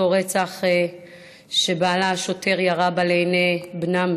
אותו רצח שבעלה השוטר ירה בה לעיני בנם